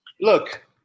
look